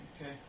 Okay